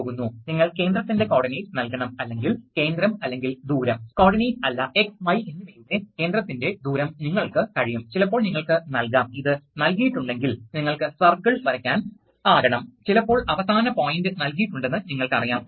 ഇവിടെ നിങ്ങൾക്ക് ഒരു എക്സ്ഹോസ്റ്റ് മർദ്ദവും പൈലറ്റ് മർദ്ദവുമുണ്ട് അതിനാൽ ഇവിടെ മർദ്ദം എവിടെ എവിടെയെങ്കിലും ആയിരിക്കും ഇവിടെ നിങ്ങൾക്ക് നോസൽ ഉണ്ട് അതിനാൽ നിങ്ങൾ ഫ്ലാപ്പറിനെ കൂടുതൽ അടുപ്പിക്കുന്നു അതിനാൽ നിങ്ങൾ ഫ്ലാപ്പർ അടയ്ക്കുകയാണ് അഥവാ നിങ്ങൾ നോസൽ അടയ്ക്കുകയാണ്